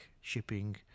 shipping